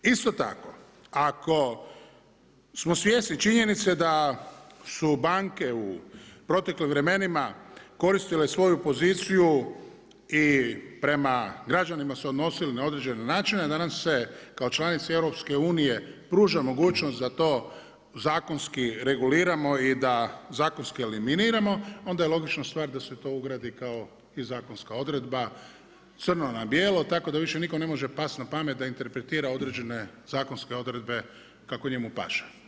Isto tako ako smo svjesni činjenice da su banke u proteklim vremenima koristile svoju poziciju i prema građanima se odnosili na određene načine, da nam se kao članici EU pruža mogućnost da to zakonski reguliramo i da zakonski eliminiramo, onda je logična stvar da se to ugradi kao i zakonska odredba, crno na bijelo tako da više nikome ne može pasti na pamet da interpretira određene zakonske odredbe kako njemu paše.